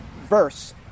verse